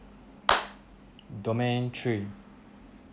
domain three